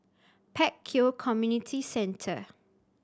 Pek Kio Community Centre